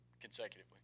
consecutively